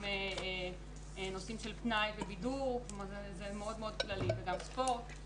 גם נושאים של פנאי ובידור וגם ספורט.